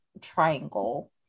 triangle